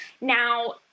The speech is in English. now